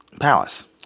palace